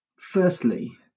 firstly